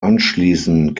anschließend